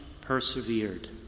persevered